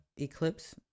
eclipse